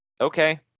okay